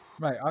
mate